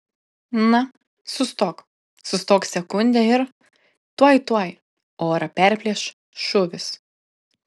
na sustok sustok sekundę ir tuoj tuoj orą perplėš šūvis